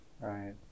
right